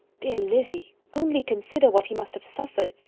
dear lizzy, only consider what he must have suffered.